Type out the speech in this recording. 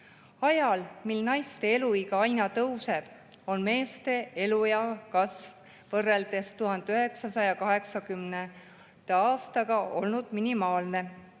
Ajal, mil naiste eluiga aina tõuseb, on meeste eluea kasv võrreldes 1980. aastaga olnud minimaalne.